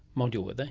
module, were they?